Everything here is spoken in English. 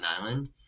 island